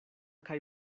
kaj